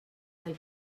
del